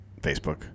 Facebook